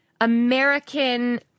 American